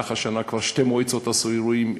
במהלך השנה כבר שתי מועצות עשו אירועים,